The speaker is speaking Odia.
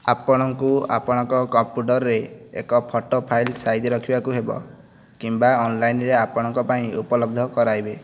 ଆପଣଙ୍କୁ ଆପଣଙ୍କ କମ୍ପ୍ୟୁଟରରେ ଏକ ଫଟୋ ଫାଇଲ ସାଇତି ରଖିବାକୁ ହେବ କିମ୍ବା ଅନ୍ଲାଇନରେ ଆପଣଙ୍କ ପାଇଁ ଉପଲବ୍ଧ କରାଇବେ